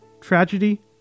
tragedy